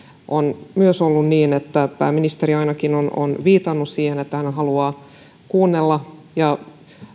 on myös ollut niin että ainakin pääministeri on viitannut siihen että hän haluaa kuunnella ja